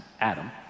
Adam